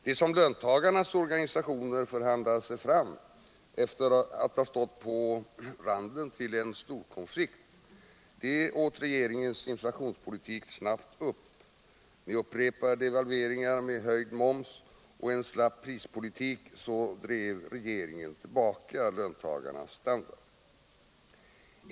Det som löntagarnas organisationer förhandlade fram efter att ha stått på randen tillen storkonflikt åt regeringens inflationspolitik snabbt upp. Med upprepade devalveringar, höjd moms och en slapp prispolitik drev regeringen tillbaka löntagarnas standard.